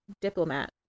diplomat